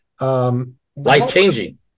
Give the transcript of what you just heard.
Life-changing